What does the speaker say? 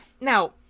Now